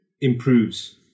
improves